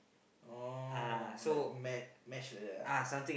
orh like m~ mesh like that ah